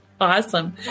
Awesome